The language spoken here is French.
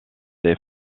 des